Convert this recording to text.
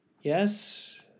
Yes